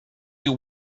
you